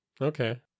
Okay